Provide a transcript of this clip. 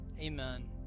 Amen